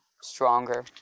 stronger